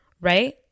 right